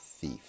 thief